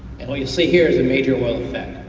and what you see here is a major oil effect.